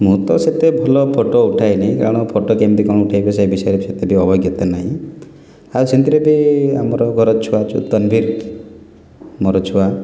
ମୁଁ ତ ସେତେ ଭଲ ଫଟୋ ଉଠାଏନି କାରଣ ଫଟୋ କେମିତି କ'ଣ ଉଠେଇବି ସେ ବିଷୟରେ ସେତେବି ଅବଜ୍ଞତା ନାହିଁ ଆଉ ସେମିତିରେ ବି ଆମର ଘରେ ଛୁଆ ତନବିର୍ ମୋର ଛୁଆ